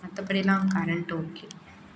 மற்றப்படிலாம் current okay